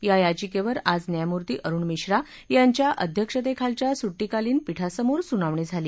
या याचिकेवर आज न्यायमूर्ती अरुण मिश्रा यांच्या अध्यक्षतेखालच्या सुट्टीकालीन पीठासमोर सुनावणी झाली